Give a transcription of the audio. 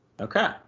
Okay